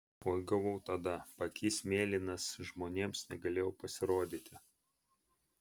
oi gavau tada paakys mėlynas žmonėms negalėjau pasirodyti